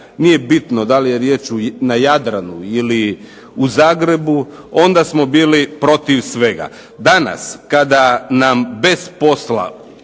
nije bitno da li je riječ na Jadranu ili u Zagrebu, onda smo bili protiv svega. Danas kada nam bez posla